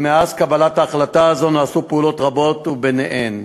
ומאז קבלת ההחלטה הזאת נעשו פעולות רבות, וביניהן: